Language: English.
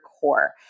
core